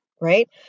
right